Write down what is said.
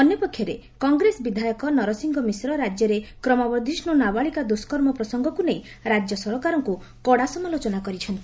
ଅନ୍ୟପକ୍ଷରେ କଂଗ୍ରେସ ବିଧାୟକ ନରସିଂହ ମିଶ୍ର ରାଜ୍ୟରେ କ୍ରମବର୍ଦ୍ଧିଷୁ ନାବାଳିକା ଦୁଷ୍କର୍ମ ପ୍ରସଙ୍ଗକୁ ନେଇ ରାଜ୍ୟ ସରକାରଙ୍କ କଡ଼ା ସମାଲୋଚନା କରିଛନ୍ତି